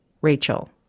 Rachel